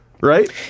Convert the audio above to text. Right